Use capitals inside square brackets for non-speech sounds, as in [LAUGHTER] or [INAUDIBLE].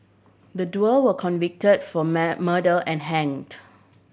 the duo were convict for [UNINTELLIGIBLE] murder and hanged